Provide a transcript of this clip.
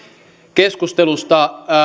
keskustelusta